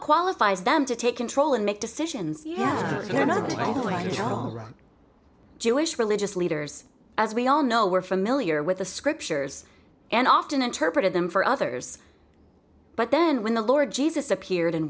qualifies them to take control and make decisions yet they are not jewish religious leaders as we all know were familiar with the scriptures and often interpreted them for others but then when the lord jesus appeared and